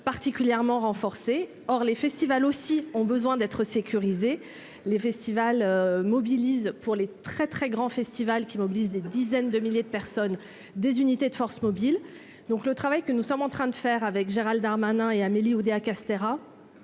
particulièrement renforcées, or les festivals aussi ont besoin d'être sécurisés, les festivals mobilise pour les très très grands festivals qui mobilise des dizaines de milliers de personnes, des unités de forces mobiles, donc le travail que nous sommes en train de faire avec Gérald Darmanin et Amélie Oudéa-Castéra